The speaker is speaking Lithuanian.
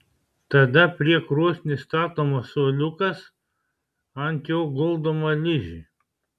tada prie krosnies statomas suoliukas ant jo guldoma ližė